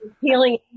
healing